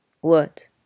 What